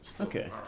okay